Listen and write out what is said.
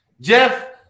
jeff